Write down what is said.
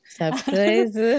surprise. (